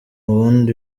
ubundi